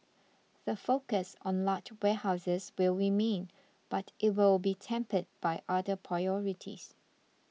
the focus on large warehouses will remain but it will be tempered by other priorities